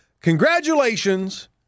Congratulations